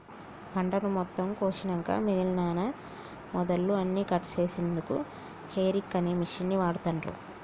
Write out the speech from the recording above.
పంటను మొత్తం కోషినంక మిగినన మొదళ్ళు అన్నికట్ చేశెన్దుకు హేరేక్ అనే మిషిన్ని వాడుతాన్రు